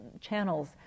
channels